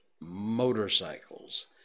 Motorcycles